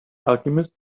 alchemist